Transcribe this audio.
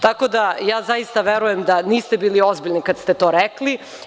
Tako da, ja zaista verujem da niste bili ozbiljni kada ste to rekli.